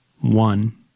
one